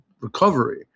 recovery